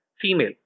female